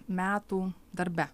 metų darbe